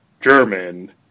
German